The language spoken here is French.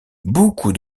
beaucoup